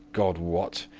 god wot,